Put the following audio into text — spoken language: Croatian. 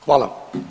Hvala.